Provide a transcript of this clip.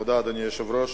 תודה, אדוני היושב-ראש.